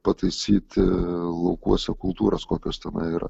pataisyti laukuose kultūros kokios tenai yra